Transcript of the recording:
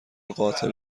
قاتل